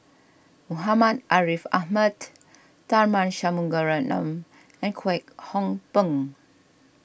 Muhammad Ariff Ahmad Tharman Shanmugaratnam and Kwek Hong Png